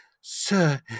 Sir